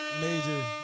Major